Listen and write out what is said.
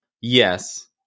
yes